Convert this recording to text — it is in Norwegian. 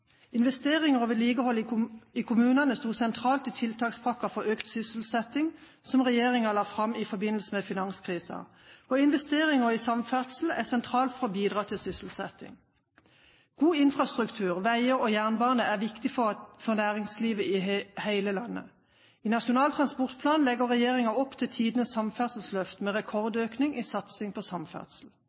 Investeringer og vedlikehold i kommunene sto sentralt i tiltakspakken for økt sysselsetting som regjeringen la fram i forbindelse med finanskrisen, og investeringer i samferdsel er sentralt for å bidra til sysselsetting. God infrastruktur, veier og jernbane er viktig for næringslivet i hele landet. I Nasjonal transportplan legger regjeringen opp til tidenes samferdselsløft med rekordøkning i satsing på samferdsel.